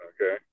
Okay